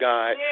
God